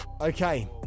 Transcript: okay